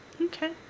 Okay